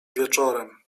wieczorem